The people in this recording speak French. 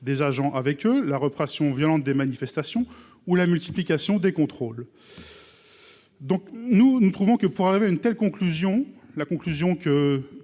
des agents avec eux la répression violente des manifestations ou la multiplication des contrôles. Donc, nous nous trouvons que pour arriver à une telle conclusion la conclusion